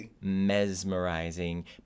mesmerizing